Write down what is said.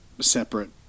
separate